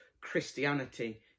Christianity